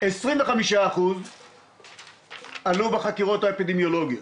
25% עלו בחקירות האפידמיולוגיות,